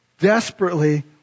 desperately